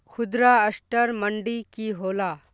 खुदरा असटर मंडी की होला?